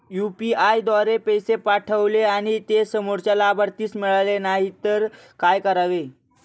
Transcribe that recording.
UPI द्वारे पैसे पाठवले आणि ते समोरच्या लाभार्थीस मिळाले नाही तर काय करावे?